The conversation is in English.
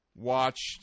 watched